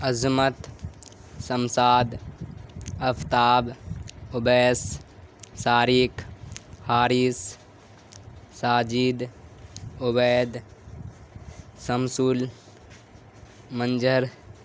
عظمت شمشاد آفتاب اویس شارق حارث ساجد عبید شمسل منظر